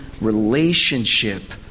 relationship